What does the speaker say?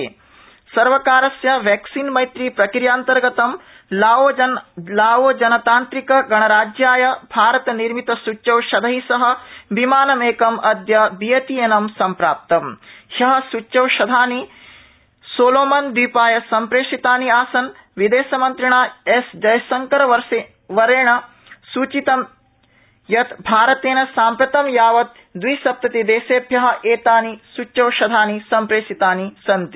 vaccine Maitri सर्वकारस्य vaccine Maitri प्रक्रियान्तर्गतं लाओजनतांत्रिकगणराज्याय भारतनिर्मित सूच्योषधै सह विमाननेकम अद्य विएतिएनं सम्प्राप्तम हय सूच्यौषधानि सोलोमनदवीपाय सम्प्रेषितानि आसन विदेश मंत्रिणा एस जयशंकरेण संसदि ससूचितं यत भारतेन साम्प्रतं यावत द्विसप्ततिदेशभ्य एतानि सूच्यौषधानि सम्प्रेषितानि सन्ति